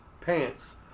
pants